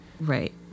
right